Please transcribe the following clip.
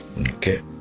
Okay